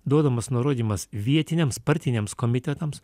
duodamas nurodymas vietiniams partiniams komitetams